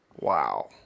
Wow